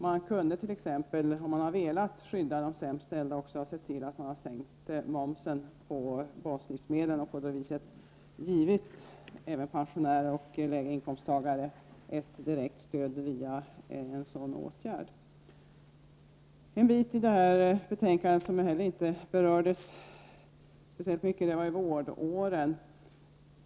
Man kunde t.ex. ha sänkt momsen på baslivsmedel och via en sådan åtgärd givit även pensionärer och låginkomsttagare ett direkt stöd. En fråga som inte heller har berörts speciellt mycket i detta betänkande är frågan om vårdåren.